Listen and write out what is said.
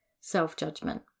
self-judgment